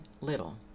little